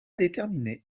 déterminées